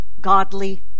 godly